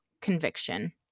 conviction